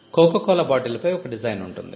cocoa Cola bottle పై ఒక design ఉంటుంది